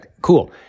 cool